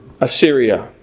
Assyria